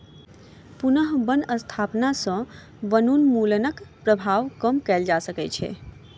पुनः बन स्थापना सॅ वनोन्मूलनक प्रभाव कम कएल जा सकै छै